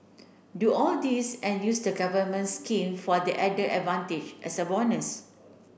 do all this and use the government scheme for the added advantage as a bonus